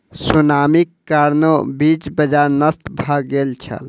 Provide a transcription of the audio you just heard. सुनामीक कारणेँ बीज बाजार नष्ट भ गेल छल